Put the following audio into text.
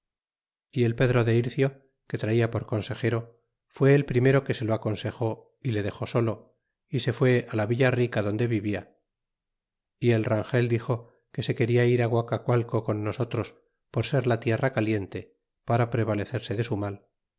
y el pedro de ircio que traía por consejero fué el primero que se lo aconsejó y le dexó solo y se fue la villa rica donde vivia y el rangel dixo que se quena ir á guacacualco con nosotros por ser la tierra caliente para prevalecerse de su mal